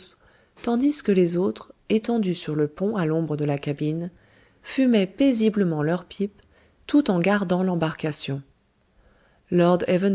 tandis que les autres étendus sur le pont à l'ombre de la cabine fumaient paisiblement leur pipe tout en gardant l'embarcation